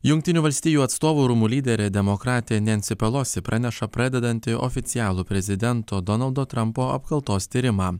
jungtinių valstijų atstovų rūmų lyderė demokratė nensi pelosi praneša pradedanti oficialų prezidento donaldo trampo apkaltos tyrimą